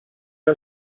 are